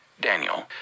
Daniel